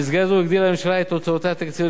במסגרת זו הגדילה הממשלה את הוצאותיה התקציביות